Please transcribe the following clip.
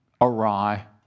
awry